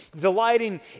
delighting